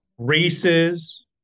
races